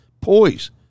poise